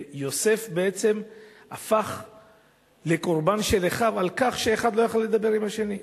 ויוסף בעצם הפך לקורבן של אחיו על כך שאחד לא יכול היה לדבר עם השני,